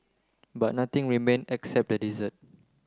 but nothing remained except the desert